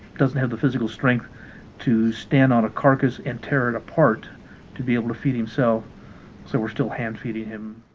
doesn't have the physical strength to stand on a carcass and tear it apart to be able to feed himself so we're still hand feeding him